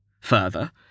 Further